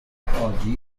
oggi